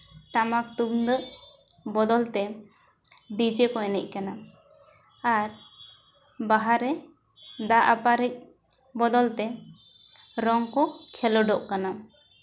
ᱴᱟᱢᱟᱠ ᱛᱩᱢᱫᱟᱹᱜ ᱵᱚᱫᱚᱞ ᱛᱮ ᱰᱤᱡᱮ ᱠᱚ ᱮᱱᱮᱡ ᱠᱟᱱᱟ ᱟᱨ ᱵᱟᱦᱟᱨᱮ ᱫᱟᱜ ᱟᱯᱟᱨᱮᱡ ᱵᱚᱫᱚᱞ ᱛᱮ ᱨᱚᱝ ᱠᱚ ᱠᱷᱮᱞᱳᱰᱚᱜ ᱠᱟᱱᱟ